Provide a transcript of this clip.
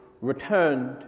returned